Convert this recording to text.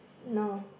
no